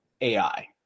AI